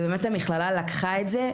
ובאמת המכללה לקחה את זה,